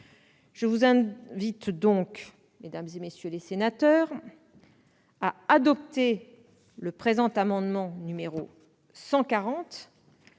Je vous invite donc, mesdames, messieurs les sénateurs, à adopter le présent amendement,